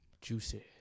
Juicy